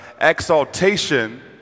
exaltation